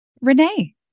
Renee